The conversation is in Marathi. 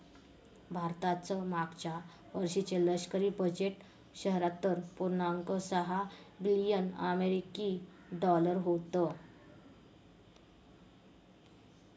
भारताचं मागच्या वर्षीचे लष्करी बजेट शहात्तर पुर्णांक सहा बिलियन अमेरिकी डॉलर होतं